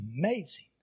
amazing